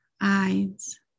eyes